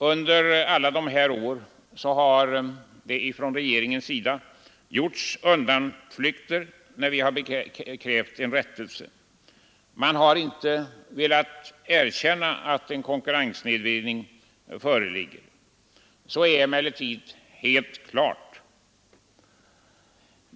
Under alla dessa år har man från regeringshåll gjort undanflykter när vi krävt en rättelse. Man har inte velat erkänna att en konkurrenssnedvridning föreligger. Att så är fallet står emellertid helt klart.